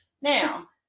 Now